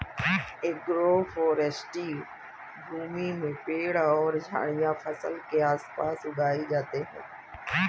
agroforestry भूमि में पेड़ और झाड़ियाँ फसल के आस पास उगाई जाते है